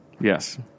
Yes